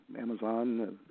Amazon